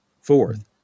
Fourth